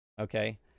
okay